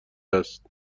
است